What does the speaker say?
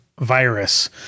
virus